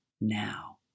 now